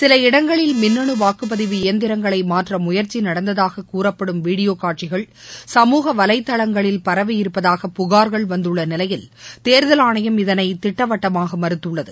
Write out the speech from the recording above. சில இடங்களில் மின்னனு வாக்குப்பதிவு இயந்திரங்களை மாற்ற முயற்சி நடந்ததாக கூறப்படும் வீடியோ காட்சிகள் சமூக வலைதளங்களில் பரவி இருப்பதாக புகார்கள் வந்துள்ள நிலையில் தேர்தல் ஆணையம் இதனை திட்டவட்டமாக மறுத்துள்ளது